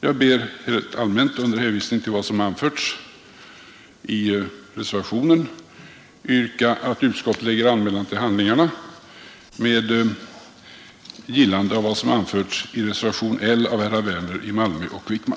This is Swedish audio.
Jag ber rent allmänt under hänvisning till vad som anförts i reservationen att få yrka att utskottet lägger anmälan till handlingarna med gillande av vad som anförts i reservationen L av herrar Werner i Malmö och Wijkman.